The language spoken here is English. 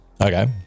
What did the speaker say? Okay